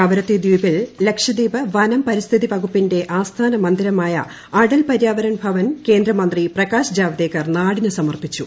കവരത്തി ദ്വീപിൽ ല്ലക്ഷ്ദ്വീപ് വനം പരിസ്ഥിതി വകുപ്പിന്റെ ആസ്ഥാന മന്ദിരമായ അടൽ പരിയാവരൺ ഭവൻ കേന്ദ്രമന്ത്രി പ്രകാശ് ജാവദേക്കർ നാടിന് സമർപ്പിച്ചു